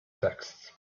texts